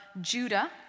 Judah